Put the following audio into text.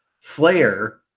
Flair